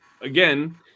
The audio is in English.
again